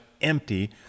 empty